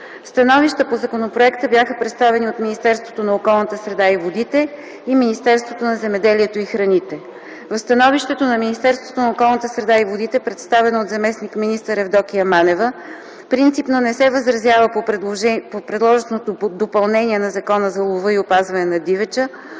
Становища по законопроекта бяха представени от Министерството на околната среда и Министерството на земеделието и храните. В становището на Министерството на околната среда, представено от заместник-министър Евдокия Манева, принципно не се възразява по предложеното допълнение на Закона за лова и опазване на дивеча,